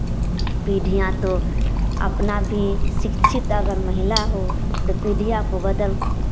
पीढ़ियाँ तो अपना भी शिक्षित अगर महिला हो तो पीढ़ियाँ को बदल